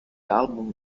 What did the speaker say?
album